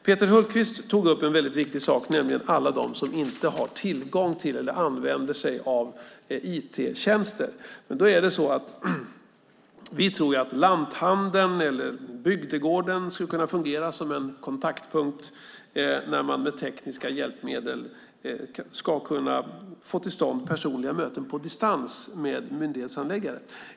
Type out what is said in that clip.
Peter Hultqvist tog upp en viktig sak, nämligen alla dem som inte har tillgång till eller använder sig av IT-tjänster. Vi tror att lanthandeln eller bygdegården skulle kunna fungera som en kontaktpunkt där man med tekniska hjälpmedel kan få till stånd personliga möten på distans med myndighetshandläggare.